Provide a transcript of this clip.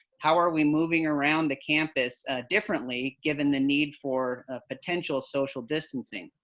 how are we moving around the campus differently given the need for potential social distancing?